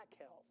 health